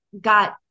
got